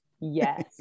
Yes